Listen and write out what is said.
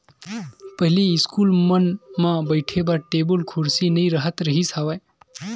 पहिली इस्कूल मन म बइठे बर टेबुल कुरसी नइ राहत रिहिस हवय